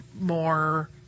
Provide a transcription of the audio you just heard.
more